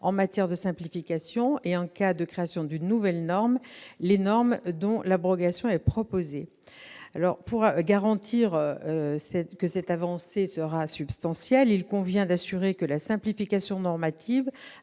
en matière de simplification et, en cas de création d'une nouvelle norme, les normes dont l'abrogation est proposée. Pour garantir que cette avancée sera substantielle, il convient d'assurer que la simplification normative